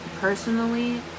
personally